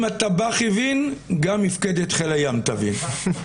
אם הטבח הבין, גם מפקדת חיל הים תבין.